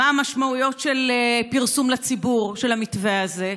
מה המשמעויות של פרסום לציבור של המתווה הזה.